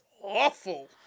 awful